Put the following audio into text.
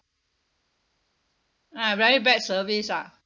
ah very bad service lah